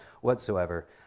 whatsoever